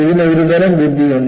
ഇതിന് ഒരുതരം ബുദ്ധിയുമുണ്ട്